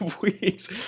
weeks